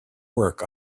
work